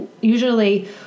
usually